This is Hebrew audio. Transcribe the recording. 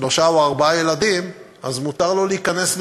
שלושה או ארבעה ילדים, אז מותר לו להיכנס לדירה,